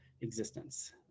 existence